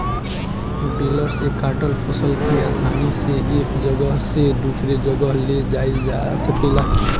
baler से काटल फसल के आसानी से एक जगह से दूसरे जगह ले जाइल जा सकेला